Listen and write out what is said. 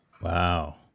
Wow